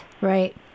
right